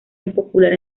impopular